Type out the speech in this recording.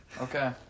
Okay